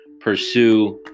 pursue